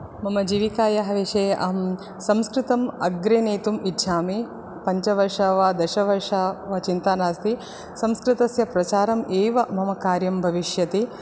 मम जीविकायाः विषये अहं संस्कृतम् अग्रे नेतुम् इच्छामि पञ्चवर्षं वा दशवर्षं वा चिन्ता नास्ति संस्कृतस्य प्रचारम् एव मम कार्यं भविष्यति